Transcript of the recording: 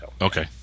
Okay